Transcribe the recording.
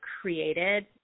created